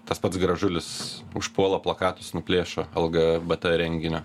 tas pats gražulis užpuola plakatus nuplėšo lgbt renginio